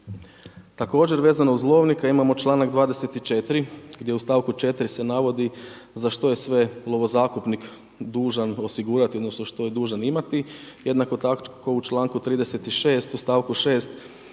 Također vezano uz lovnika imamo čl.24 gdje u st. 4. se navodi za što je sve lovo zakupnik dužan osigurati odnosno što je dužan imati. Jednako tako u čl. 36. u st. 6.